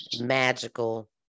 magical